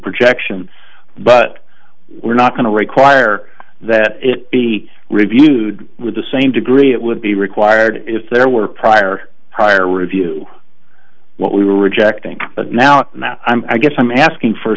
projection but we're not going to require that it be reviewed with the same degree it would be required if there were prior prior review what we were rejecting but now i'm i guess i'm asking for